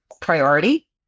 priority